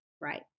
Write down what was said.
right